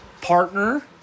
partner